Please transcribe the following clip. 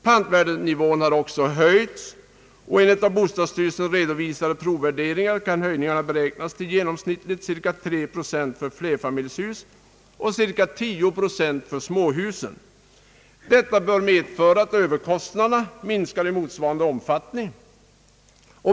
Pantvärdenivån har också höjts, och enligt av bostadsstyrelsen redovisade provvärderingar kan höjningarna beräknas till genomsnittligt tre procent för flerfamiljshus och cirka tio procent för småhus. Detta bör medföra att överkostnaderna minskar i motsvarande omfattning.